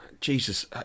Jesus